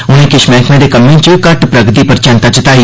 उनें किश मैह्कमें दे कम्में च घट्ट प्रगति पर चैंता बी जताई